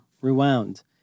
rewound